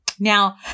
Now